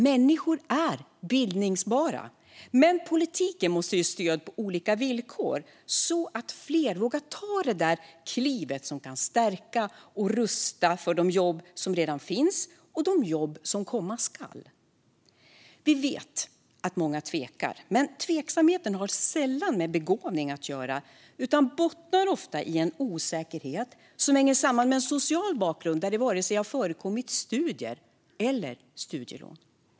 Människor är bildningsbara, men politiken måste ge stöd på olika villkor så att fler vågar ta det där klivet som kan stärka och rusta för de jobb som redan finns och de jobb som komma ska. Vi vet att många tvekar, men tveksamheten har sällan med begåvning att göra utan bottnar ofta i en osäkerhet som hänger samman med en social bakgrund där det varken har förekommit studier eller studielån.